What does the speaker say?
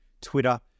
Twitter